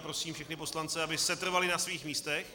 Prosím všechny poslance, aby setrvali na svých místech.